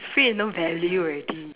it's free no value already